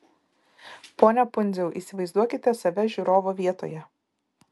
pone pundziau įsivaizduokite save žiūrovo vietoje